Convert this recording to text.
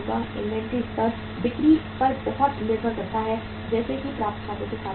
inventory स्तर बिक्री पर बहुत निर्भर करता है जैसा कि प्राप्य खातों के साथ होता है